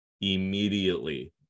immediately